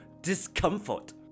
discomfort